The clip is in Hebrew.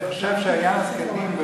אני חושב שהיה על זקנים,